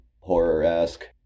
horror-esque